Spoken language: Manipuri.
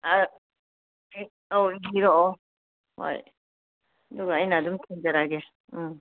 ꯑꯧ ꯏꯔꯛꯑꯣ ꯍꯣꯏ ꯑꯗꯨꯒ ꯑꯩꯅ ꯑꯗꯨꯝ ꯊꯤꯟꯖꯔꯛꯑꯒꯦ